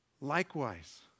Likewise